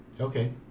Okay